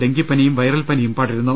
ഡെങ്കിപ്പനിയും viral പനിയും പടരുന്നു